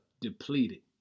depleted